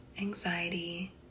anxiety